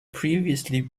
previously